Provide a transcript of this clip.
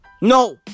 No